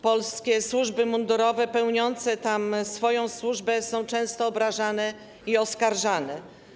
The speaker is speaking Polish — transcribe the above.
Polskie służby mundurowe pełniące tam służbę są często obrażane i oskarżane.